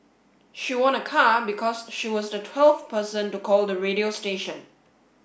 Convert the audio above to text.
she won a car because she was the twelfth person to call the radio station